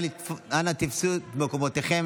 אנא תפסו את מקומותיכם.